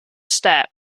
step